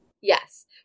yes